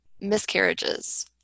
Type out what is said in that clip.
miscarriages